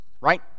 Right